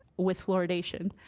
with fluoridation.